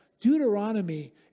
Deuteronomy